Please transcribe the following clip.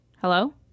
Hello